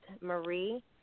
Marie